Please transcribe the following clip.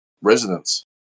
residents